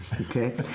okay